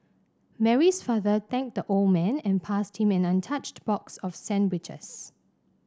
Mary's father thanked the old man and passed him an untouched box of sandwiches